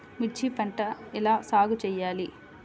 మిర్చి పంట ఎలా సాగు చేయాలి?